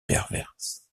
perverse